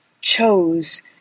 chose